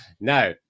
now